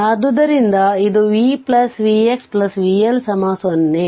ಆದ್ದರಿಂದ ಇದು v v x vL 0